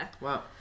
Wow